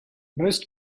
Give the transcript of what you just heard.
most